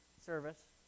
service